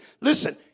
Listen